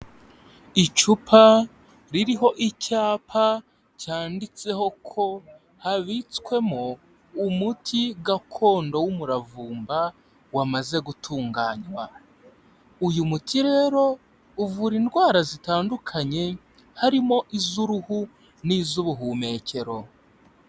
Icupa ririho icyapa cyanditseho ko habitswemo umuti gakondo w'umuravumba wamaze gutunganywa. Uyu muti rero uvura indwara zitandukanye harimo iz'uruhu n'iz'ubuhumekero.